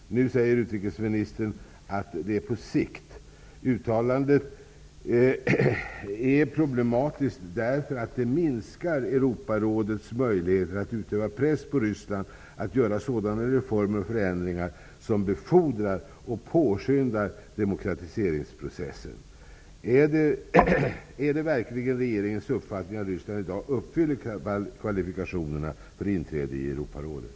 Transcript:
Nu säger utrikesministern att det gäller på sikt. Uttalandet är problematiskt, eftersom det minskar Europarådets möjligheter att utöva press på Ryssland för att man skall genomföra sådana reformer och förändringar som befordrar och påskyndar demokratiseringsprocessen. Är det verkligen regeringens uppfattning att Ryssland i dag uppfyller kvalifikationerna för inträde i Europarådet?